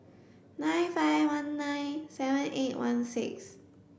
nine five one nine seven eight one six